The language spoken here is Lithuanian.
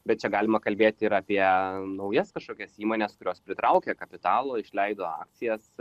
bet čia galima kalbėti ir apie naujas kažkokias įmones kurios pritraukė kapitalo išleido akcijas